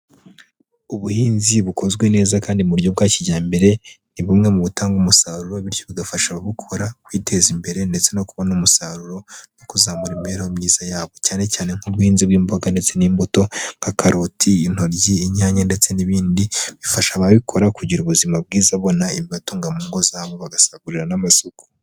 Ubuhinzi bukozwe neza kandi mu buryo bwa kijyambere, ni bumwe mu butanga umusaruro, bityo bigafasha ababukora kwiteza imbere ndetse no kubona umusaruro no kuzamura imibereho myiza yabo. Cyane cyane nk'ubuhinzi bw'imboga ndetse n'imbuto, nka karoti, intoryi, inyanya ndetse n'ibindi, bifasha ababikora kugira ubuzima bwiza babona ibibatunga mu ngo zabo bagasagurira n'amasuku.